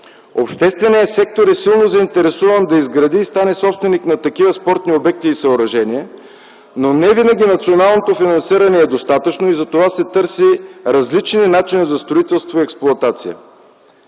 Общественият сектор е силно заинтересован да изгради и стане собственик на такива спортни обекти и съоръжения, но не винаги националното финансиране е достатъчно и затова се търсят различни начини за строителство и експлоатация.